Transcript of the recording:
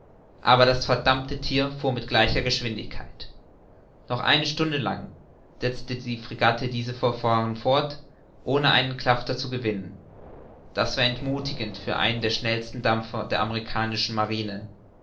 aber das verdammte thier fuhr mit gleicher geschwindigkeit noch eine stunde lang setzte die fregatte dieses verfahren fort ohne eine klafter zu gewinnen das war entmuthigend für einen der schnellsten dampfer der amerikanischen marine